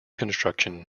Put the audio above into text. construction